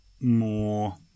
more